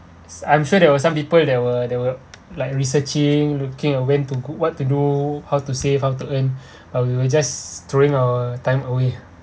I'm sure there were some people they were they were like researching looking and went to what to do how to save how to earn but we were just throwing our time away